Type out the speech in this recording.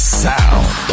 sound